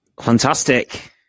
Fantastic